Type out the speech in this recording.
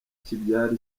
kibyara